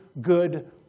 good